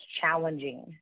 challenging